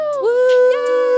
woo